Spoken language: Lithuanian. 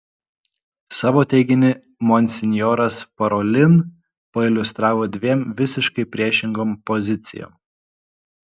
savo teiginį monsinjoras parolin pailiustravo dviem visiškai priešingom pozicijom